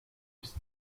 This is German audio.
bis